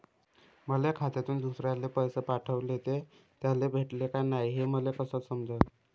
माया खात्यातून दुसऱ्याले पैसे पाठवले, ते त्याले भेटले का नाय हे मले कस समजन?